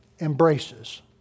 embraces